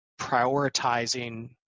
prioritizing